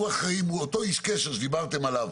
שהוא אחראי והוא אותו איש קשר שדיברתם עליו.